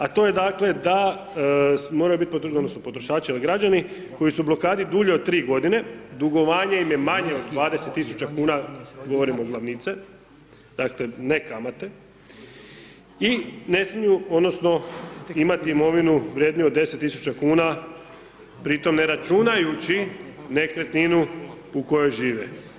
a to je dakle da moraju bit odnosno potrošači ili građani koji su u blokadi dulje od 3 godine, dugovanje im je manje od 20.000 tisuća kuna govorimo glavnice, dakle ne kamate i ne smiju odnosno imati imovinu vredniju od 10.000 kuna pri tome ne računajući nekretninu u kojoj žive.